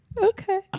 okay